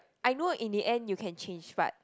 I know in the end you can change but